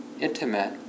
intimate